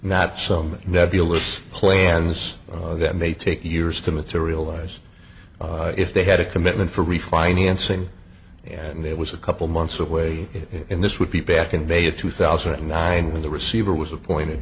not some nebulous plans that may take years to materialize if they had a commitment for refinancing and it was a couple months away in this would be back in may two thousand and nine when the receiver was appointed